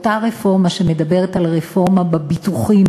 אותה רפורמה שמדברת על רפורמה בביטוחים,